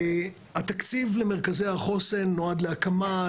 התקציב למרכזי החוסן נועד להקמה,